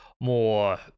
more